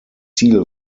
ziel